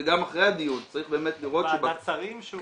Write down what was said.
וגם אחרי הדיון צריך באמת לראות ש- -- ועדת שרים.